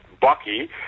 bucky